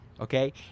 okay